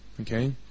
Okay